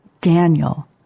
Daniel